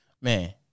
Man